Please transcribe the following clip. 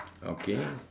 okay